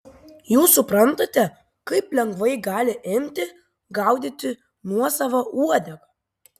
jūs suprantate kaip lengvai gali imti gaudyti nuosavą uodegą